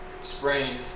sprained